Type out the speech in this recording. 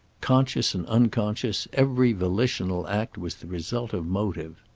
conscious and unconscious, every volitional act was the result of motive.